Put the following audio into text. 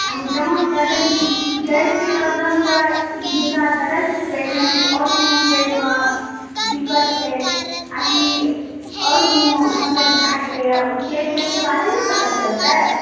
हम जाँच करबनि की ई गैसके प्रॉब्लमसँ हिनका दर्द छै पेटमे कि आओर कोनो पेटमे दिक्कत छै आओर कि आओर कोनो मतलब भऽ गेलैए ओ चेक करैके बादे ने पता चलतै